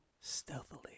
stealthily